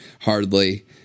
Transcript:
hardly